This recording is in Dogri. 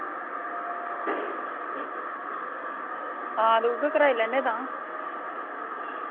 हां ते उ'यै कराई लैन्ने आं तां